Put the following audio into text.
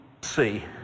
see